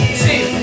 two